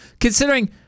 considering